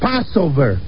Passover